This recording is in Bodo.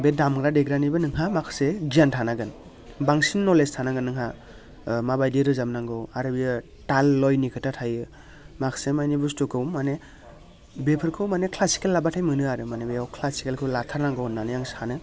बे दामग्रा देग्रानिबो नोंहा माखासे गियान थानांगोन बांसिन नलेज थानांगोन नोंहा ओ माबायदि रोजाबनांगौ आरो बियो थाल लयनि खोथा थायो माखासे मानि बुस्थुखौ माने बेफोरखौ माने क्लासिकेल लाब्लाथाय मोनो आरो माने बेयाव क्लासिकेलखौ लाथारनांगौ होननानै आं सानो